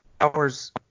hours